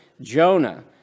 Jonah